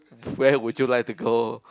where would you like to go